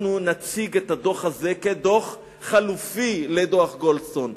אנחנו נציג את הדוח הזה כדוח חלופי לדוח גולדסטון.